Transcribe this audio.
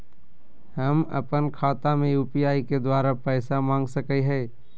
हम अपन खाता में यू.पी.आई के द्वारा पैसा मांग सकई हई?